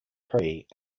prix